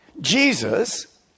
Jesus